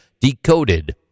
decoded